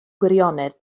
gwirionedd